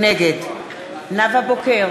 נגד נאוה בוקר,